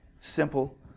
simple